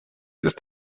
ist